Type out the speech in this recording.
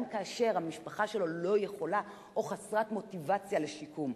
גם כאשר המשפחה שלו לא יכולה או חסרת מוטיבציה לשיקום.